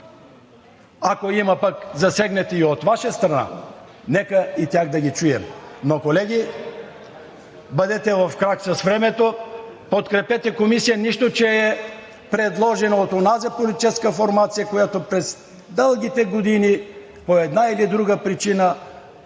Ако има засегнати и от Ваша страна, нека и тях да ги чуем, но, колеги, бъдете в крак с времето – подкрепете комисия, нищо че е предложена от онази политическа формация, която през дългите години по една или друга причина